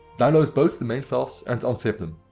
download both the main files and unzip them.